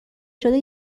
شده